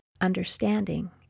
understanding